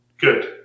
Good